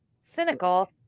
cynical